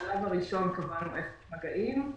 בשלב הראשון קבענו אפס מגעים,